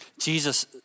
Jesus